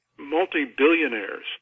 multi-billionaires